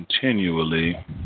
continually